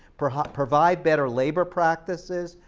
provide but provide better labor practices,